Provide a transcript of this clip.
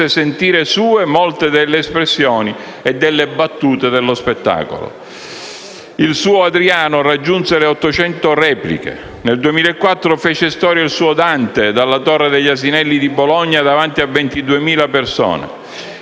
sentire sue molte delle espressioni e delle battute dello spettacolo. E il suo Adriano raggiunse le 800 repliche. Nel 2004 fece storia il suo Dante dalla Torre degli Asinelli di Bologna, davanti a 22.000 persone.